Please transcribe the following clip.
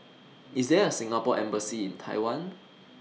IS There A Singapore Embassy in Taiwan